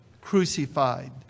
crucified